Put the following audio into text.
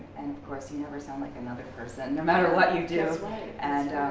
and of course you never sound like another person no matter what you do. and